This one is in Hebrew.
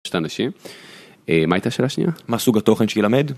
מה הייתה השאלה השנייה? מה סוג התוכן שילמד?